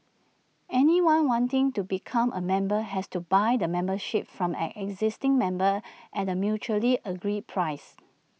anyone wanting to become A member has to buy the membership from an existing member at A mutually agreed price